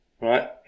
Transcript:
right